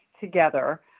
together